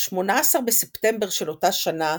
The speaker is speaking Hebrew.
ב-18 בספטמבר של אותה שנה,